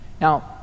Now